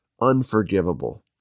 unforgivable